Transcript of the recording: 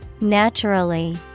Naturally